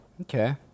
okay